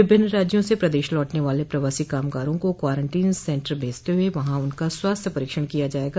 विभिन्न राज्यों से प्रदेश लौटने वाले प्रवासी कामगारो को क्वारंटीन सेन्टर भेजते हुए वहां उनका स्वास्थ्य परीक्षण किया जाएगा